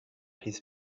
his